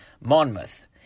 Monmouth